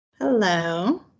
Hello